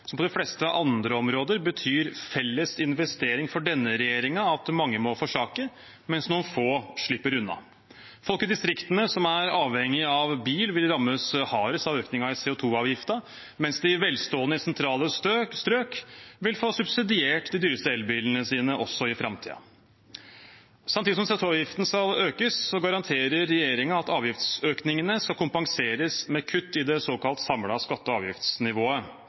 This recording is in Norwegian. som på de fleste andre områder, betyr felles investering for denne regjeringen at mange må forsake, mens noen få slipper unna. Folk i distriktene, som er avhengig av bil, vil rammes hardest av økningen i CO 2 -avgiften, mens de velstående i sentrale strøk vil få subsidiert de dyreste elbilene sine også i framtiden. Samtidig som CO 2 -avgiften skal økes, garanterer regjeringen at avgiftsøkningene skal kompenseres med kutt i det såkalte samlede skatte- og avgiftsnivået.